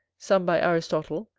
some by aristotle,